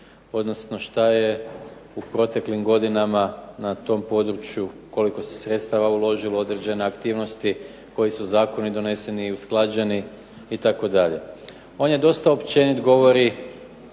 odnosno šta je u proteklim godinama na tom području, koliko se sredstava uložilo, određene aktivnosti, koji su zakoni doneseni, usklađeni itd. On je dosta općenit, govori